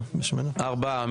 ארבעה.